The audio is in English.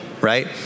right